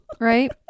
Right